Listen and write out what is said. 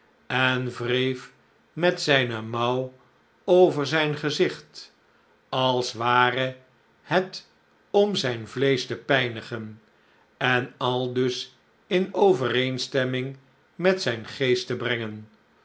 en wreef met zijne mouw over zijn gezicht als ware het om zijn vleesch te pijnigen en aldus in overeenstemming met zijn geest te brengen